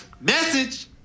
message